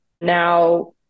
now